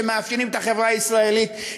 שמאפיינים את החברה הישראלית,